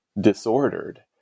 disordered